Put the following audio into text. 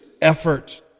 effort